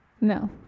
No